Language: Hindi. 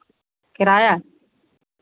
किराया